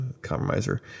Compromiser